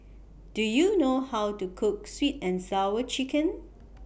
Do YOU know How to Cook Sweet and Sour Chicken